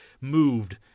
moved